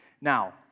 Now